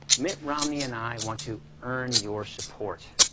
mitt romney and i want to earn your support.